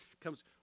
comes